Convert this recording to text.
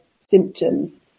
symptoms